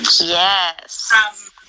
yes